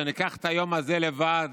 ניקח את היום הזה לבד,